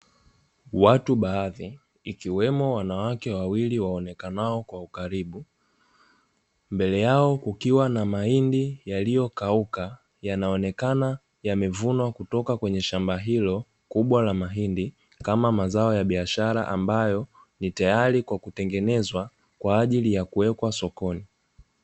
Watu baadhi ikiwemo wanawake wawili waonekanao kwa ukaribu, mbele yao kukiwa na mahindi yaliyokauka, yanaonekana yamevunwa kutoka kwenye shamba hilo kubwa la mahindi kama mazao ya biashara ambayo ni tayari kwa kutengenezwa kwa ajili ya kuwekwa sokoni.